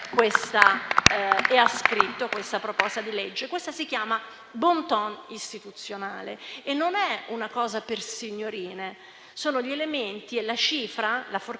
ha scritto questa proposta di legge. Questo si chiama *bon ton* istituzionale e non è una cosa per signorine: sono gli elementi e la cifra, la forchetta